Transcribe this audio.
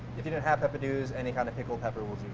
if you don't have peppadews, any kind of pickled pepper will